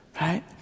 right